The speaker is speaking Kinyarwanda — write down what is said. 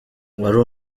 wari